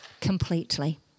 completely